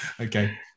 Okay